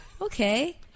okay